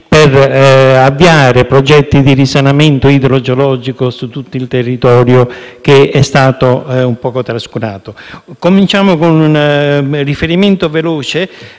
per avviare progetti di risanamento idrogeologico su tutto il territorio, che è stato trascurato. Cominciamo con un riferimento veloce